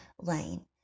lane